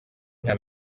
nta